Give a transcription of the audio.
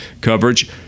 coverage